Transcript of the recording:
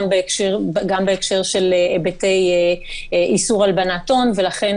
גם בהקשר של היבטי איסור הלבנת הון ולכן